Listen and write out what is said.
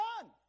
done